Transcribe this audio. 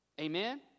Amen